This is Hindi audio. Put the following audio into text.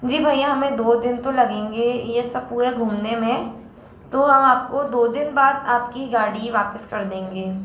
जी भैया हमें दो दिन तो लगेंगे ये सब पूरा घूमने में तो हम आपको दो दिन बाद आपकी गाड़ी वापस कर देंगे